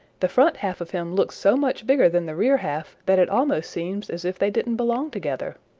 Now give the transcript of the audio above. the front half of him looks so much bigger than the rear half that it almost seems as if they didn't belong together.